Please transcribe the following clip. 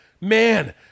man